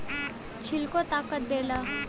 छिलको ताकत देला